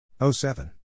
07